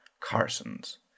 Carson's